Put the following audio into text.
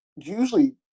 usually